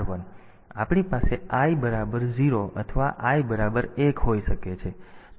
તેથી આપણી પાસે i બરાબર 0 અથવા i બરાબર 1 હોઈ શકે છે